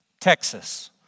Texas